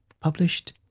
published